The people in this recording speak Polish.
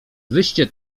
wyście